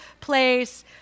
place